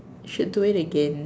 should do it again